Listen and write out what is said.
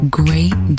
great